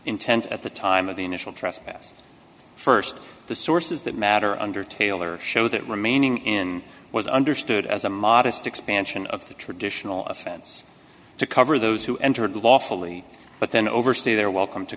intent at the time of the initial trespass first the source is that matter under taylor show that remaining in was understood as a modest expansion of the traditional offense to cover those who entered lawfully but then overstay their welcome to